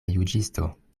juĝisto